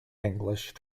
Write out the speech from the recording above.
english